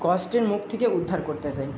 কষ্টের মুখ থেকে উদ্ধার করতে চাই